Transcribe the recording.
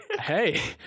hey